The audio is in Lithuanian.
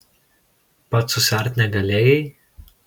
pats susiart negalėjai